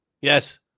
yes